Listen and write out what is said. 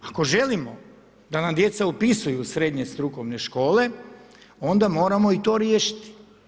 Ako želimo da nam djeca upisuju srednje strukovne škole, onda moramo i to riješiti.